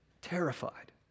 terrified